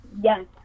yes